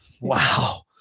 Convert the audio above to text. Wow